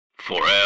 FOREVER